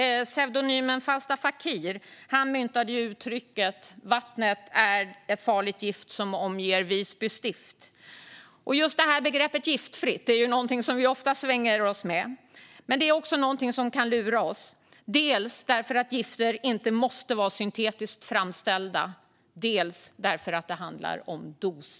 Pseudonymen Falstaff, fakir myntade uttrycket: "Vattnet är ett farligt gift, vilket omger Visby stift." Begreppet "giftfritt" är ju någonting som vi ofta svänger oss med, men det är också någonting som kan lura oss - dels därför att gifter inte måste vara syntetiskt framställda, dels därför att det handlar om dos.